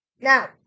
Now